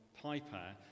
Piper